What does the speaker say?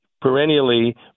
perennially